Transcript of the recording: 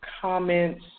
comments